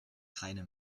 keine